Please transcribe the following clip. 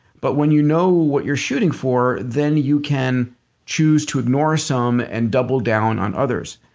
but when you know what you're shooting for, then you can choose to ignore some and double down on others.